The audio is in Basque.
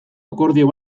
akordio